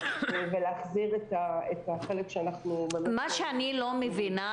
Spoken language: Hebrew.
ולהחזיר את החלק שאנחנו --- האמת היא שאני לא מבינה